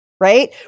right